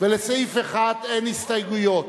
ולסעיף 1 אין הסתייגויות,